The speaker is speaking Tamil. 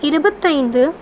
இருபத்தைந்து